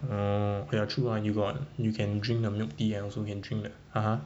oh okay lah true lah you got you can drink the milk tea and also can drink the (uh huh)